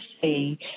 see